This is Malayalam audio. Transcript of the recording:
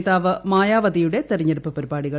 നേതാവ് മായാവതിയുടെ തെരഞ്ഞെടുപ്പ് പരിപാടികൾ